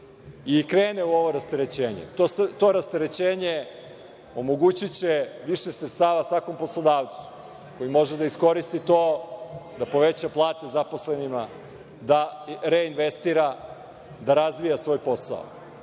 i krene u ovo rasterećenje. To rasterećenje omogućiće više sredstava svakom poslodavcu, koji može da iskoristi to i da poveća plate zaposlenima, da reinvestira, da razvija svoj posao.